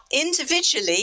individually